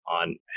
on